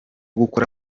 gukora